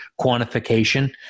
quantification